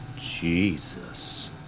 Jesus